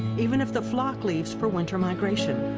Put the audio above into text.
even if the flock leaves for winter migration!